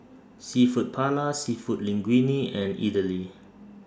Seafood Paella Seafood Linguine and Idili